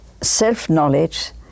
self-knowledge